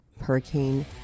Hurricane